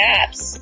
apps